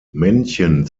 männchen